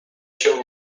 się